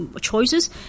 choices